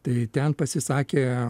tai ten pasisakė